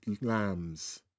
lambs